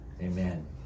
Amen